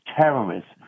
terrorists